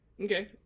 Okay